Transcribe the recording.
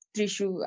Trishu